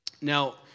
Now